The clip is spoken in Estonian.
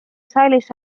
saalis